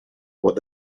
what